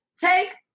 Take